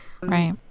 Right